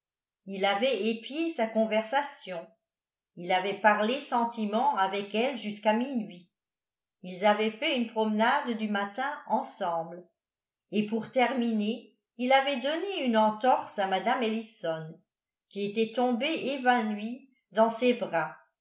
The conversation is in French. il avait épié sa conversation il avait parlé sentiment avec elle jusqu'à minuit ils avaient fait une promenade du matin ensemble et pour terminer il avait donné une entorse à mme ellison qui était tombée évanouie dans ses bras